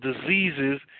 diseases